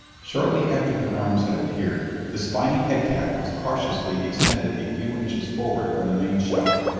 shortly after the arms had appeared, the spiny head cap was cautiously extended a few inches forward from the main shell.